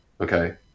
okay